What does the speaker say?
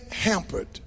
hampered